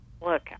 look